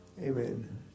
Amen